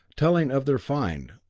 telling of their find,